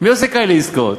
מי עושה כאלה עסקאות?